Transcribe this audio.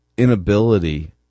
inability